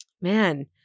Man